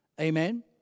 Amen